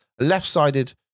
left-sided